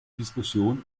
diskussion